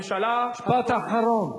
משפט אחרון.